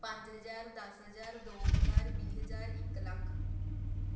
ਪੰਜ ਹਜ਼ਾਰ ਦਸ ਹਜ਼ਾਰ ਦੋ ਹਜ਼ਾਰ ਵੀਹ ਹਜ਼ਾਰ ਇੱਕ ਲੱਖ